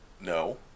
no